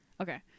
Okay